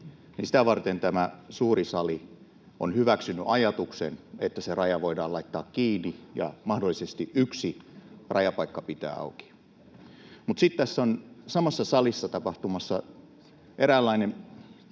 sitä varten tämä suuri sali on hyväksynyt ajatuksen, että se raja voidaan laittaa kiinni ja mahdollisesti yksi rajapaikka pitää auki. Sitten tässä on samassa salissa tapahtumassa eräänlainen